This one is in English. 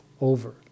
over